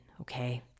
okay